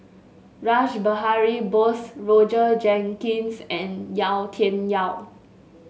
Rash Behari Bose Roger Jenkins and Yau Tian Yau